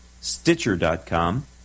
Stitcher.com